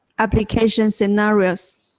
application scenarios.